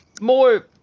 More